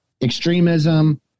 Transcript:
extremism